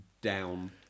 down